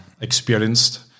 experienced